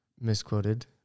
misquoted